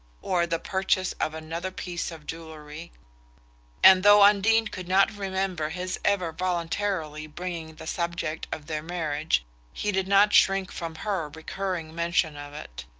or the purchase of another piece of jewelry and though undine could not remember his ever voluntarily bringing the subject of their marriage he did not shrink from her recurring mention of it.